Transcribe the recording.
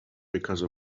because